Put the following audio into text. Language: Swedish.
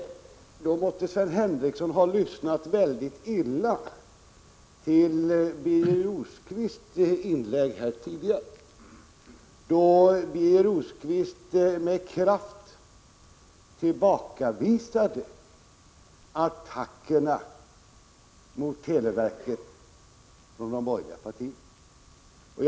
Då måste Sven Henricsson ha lyssnat väldigt illa till Birger Rosqvists inlägg här tidigare, där han med kraft tillbakavisade attackerna mot televerket från de borgerliga partierna.